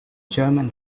german